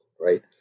right